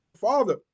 father